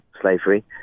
slavery